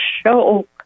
show